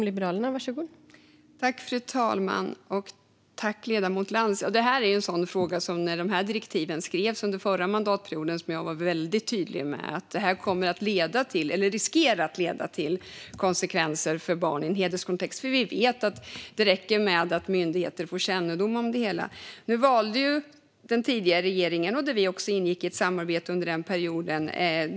Fru talman! När dessa direktiv skrevs under den förra mandatperioden var jag väldigt tydlig med att detta riskerade att leda till konsekvenser för barn i en hederskontext. Vi vet att det räcker med att myndigheter får kännedom om det hela. Vi ingick i ett samarbete med den tidigare regeringen under denna period.